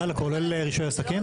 גל, כולל רישוי עסקים?